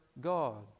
God